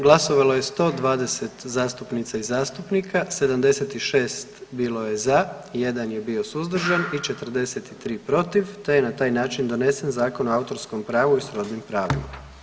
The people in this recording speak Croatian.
Glasovalo je 120 zastupnica i zastupnika, 76 bilo je za, 1 je bio suzdržan i 43 protiv te je na taj način donesen Zakon o autorskom pravu i srodnim pravima.